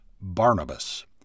Barnabas